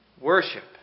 worship